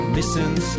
Missing